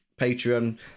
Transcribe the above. Patreon